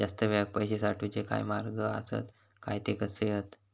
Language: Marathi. जास्त वेळाक पैशे साठवूचे काय मार्ग आसत काय ते कसे हत?